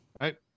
Right